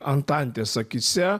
antantės akyse